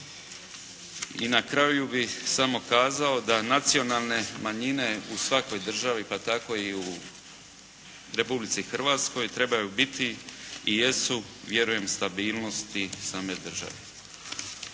i na kraju bih samo kazao da nacionalne manjine u svakoj državi, pa tako i u Republici Hrvatskoj trebaju biti i jesu vjerujem stabilnosti same države.